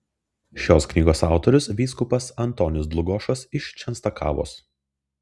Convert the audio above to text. šios knygos autorius vyskupas antonis dlugošas iš čenstakavos